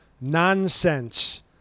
nonsense